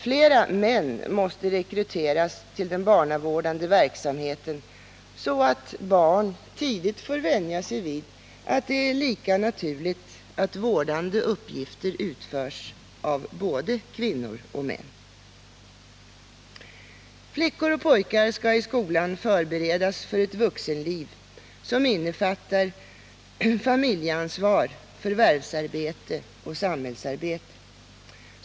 Fler män måste rekryteras tillden barnavårdande verksamheten, så att barn tidigt får vänja sig vid att det är lika naturligt att vårdande uppgifter utförs av män som av kvinnor. Flickor och pojkar skall i skolan förberedas för ett vuxenliv som innefattar familjeansvar, förvärvsarbete och samhällsarbete.